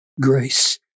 grace